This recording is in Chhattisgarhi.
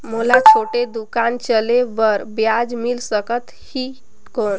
मोला छोटे दुकान चले बर ब्याज मिल सकत ही कौन?